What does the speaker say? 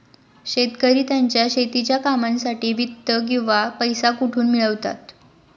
शेतकरी त्यांच्या शेतीच्या कामांसाठी वित्त किंवा पैसा कुठून मिळवतात?